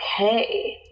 Okay